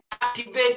activate